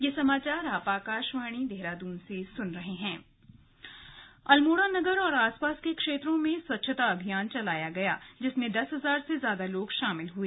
slug स्वच्छता अभियान अल्मोड़ा अल्मोड़ा नगर और आसपास के क्षेत्रों में स्वच्छता अभियान चलाया गया जिसमें दस हजार से ज्यादा लोग शामिल हुए